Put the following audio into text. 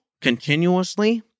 continuously